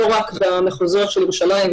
לא רק במחוזות ירושלים,